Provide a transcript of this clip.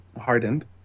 hardened